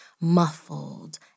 muffled